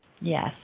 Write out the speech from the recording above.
Yes